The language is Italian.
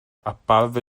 apparve